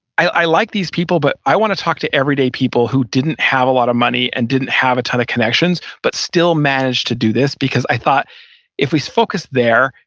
i i like these people but i want to talk to everyday people who didn't have a lot of money and didn't have a ton of connections but still managed to do this because i thought if we focus there,